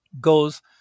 goes